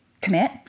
commit